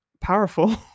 powerful